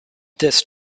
this